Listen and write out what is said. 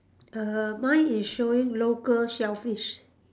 err mine is showing local shellfish